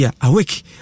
awake